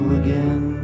again